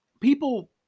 people